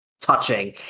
touching